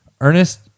Ernest